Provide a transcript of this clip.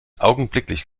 augenblicklich